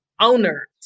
owners